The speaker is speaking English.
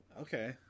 Okay